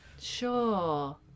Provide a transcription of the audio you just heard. Sure